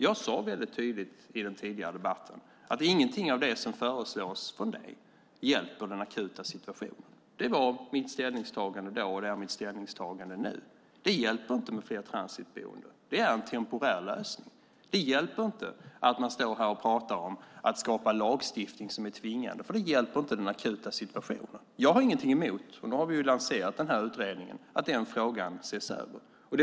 Jag sade väldigt tydligt i den tidigare debatten att ingenting av det som Luciano Astudillo föreslår hjälper den akuta situationen. Det var mitt ställningstagande då, och det är mitt ställningstagande nu. Det hjälper inte med fler transitboenden. Det är en temporär lösning. Det hjälper inte att man står här och pratar om att skapa lagstiftning som är tvingande, för det hjälper inte den akuta situationen. Jag har inget emot att den frågan ses över, och nu har vi ju lanserat den här utredningen.